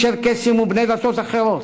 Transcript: צ'רקסים ובני דתות אחרות.